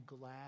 glad